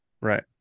right